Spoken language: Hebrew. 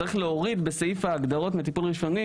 צריך להוריד בסעיף הגדרות מטיפול ראשוני